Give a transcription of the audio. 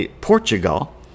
Portugal